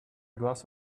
glass